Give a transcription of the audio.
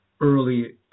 early